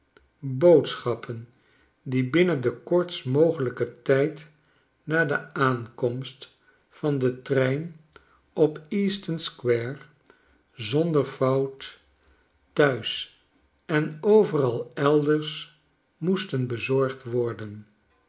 boodschappen die binnen den kortst mogelijken tijd na de aankomst van den trein op easton square zonder fout thuis en overal elders moesten bezorgd worden